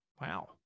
Wow